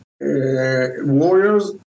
warriors